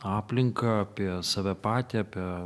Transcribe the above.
aplinką apie save patį apie